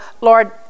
Lord